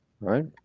right